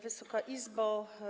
Wysoka Izbo!